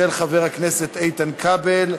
של חבר הכנסת איתן כבל.